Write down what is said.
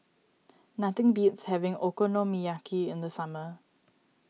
nothing beats having Okonomiyaki in the summer